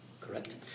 correct